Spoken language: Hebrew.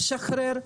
שחרר,